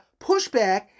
pushback